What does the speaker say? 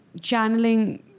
channeling